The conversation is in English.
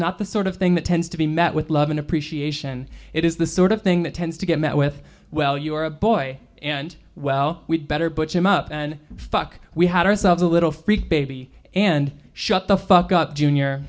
not the sort of thing that tends to be met with love and appreciation it is the sort of thing that tends to get met with well you are a boy and well we'd better put him up and fuck we had ourselves a little freaked baby and shut the fuck up junior